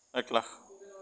এক লাখ